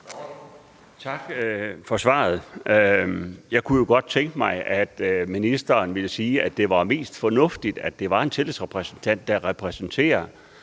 Tak for svaret. Jeg kunne jo godt tænke mig, at ministeren ville sige, at det var mest fornuftigt, at det var en tillidsrepræsentant, der repræsenterer